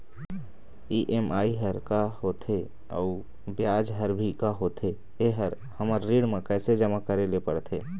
EMI हर का होथे अऊ ब्याज हर भी का होथे ये हर हमर ऋण मा कैसे जमा करे ले पड़ते?